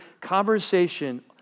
conversation